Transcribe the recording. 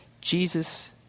Jesus